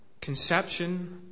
conception